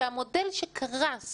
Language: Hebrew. שהמודל שקרס